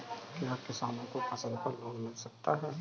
क्या किसानों को फसल पर लोन मिल सकता है?